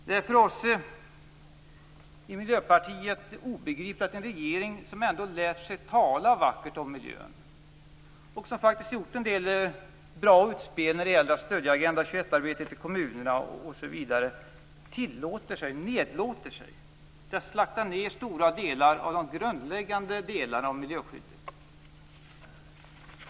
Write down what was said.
Det är för oss i Miljöpartiet obegripligt att en regering som ändå lärt sig tala vackert om miljön och som faktiskt gjort en del bra utspel när det gäller att stödja Agenda-21-arbetet i kommunerna osv. nedlåter sig till att slakta stora delar av det grundläggande miljöskyddet.